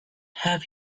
have